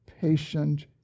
patient